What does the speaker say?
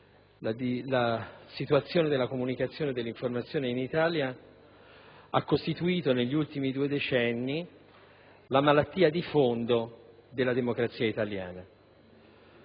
la situazione della comunicazione e dell'informazione in Italia ha costituito negli ultimi due decenni la malattia di fondo della democrazia italiana.